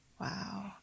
Wow